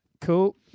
cool